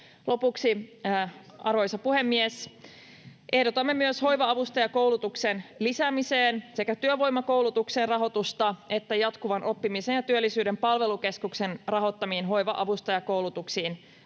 Lopuksi, arvoisa puhemies: Ehdotamme myös hoiva-avustajakoulutuksen lisäämiseen työvoimakoulutuksen rahoitusta ja Jatkuvan oppimisen ja työllisyyden palvelukeskuksen rahoittamiin hoiva-avustajakoulutuksiin lisäystä